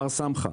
בר סמכה,